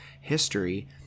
history